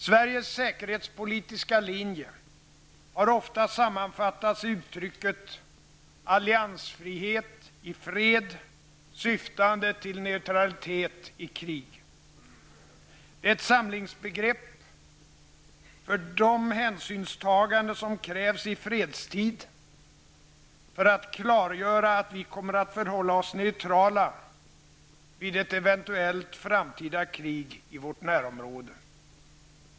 Sveriges säkerhetspolitiska linje har ofta sammanfattats i uttrycket ''alliansfrihet i fred, syftande till neutralitet i krig''. Det är ett samlingsbegrepp för de hänsynstaganden som krävs i fredstid för att klargöra att vi kommer att förhålla oss neutrala vid ett eventuellt framtida krig i vårt närområde.